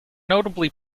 notably